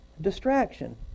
Distraction